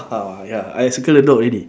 ah ya I circle the dog already